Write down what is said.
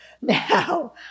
now